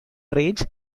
range